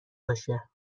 باشه